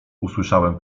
usłyszałem